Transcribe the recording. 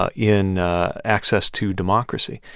ah in access to democracy.